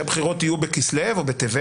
שהבחירות יהיו בכסלו או בטבת,